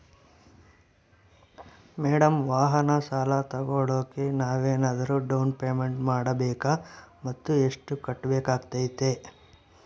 Madam ವಾಹನ ಸಾಲ ತೋಗೊಳೋಕೆ ನಾವೇನಾದರೂ ಡೌನ್ ಪೇಮೆಂಟ್ ಮಾಡಬೇಕಾ ಮತ್ತು ಎಷ್ಟು ಕಟ್ಬೇಕಾಗ್ತೈತೆ?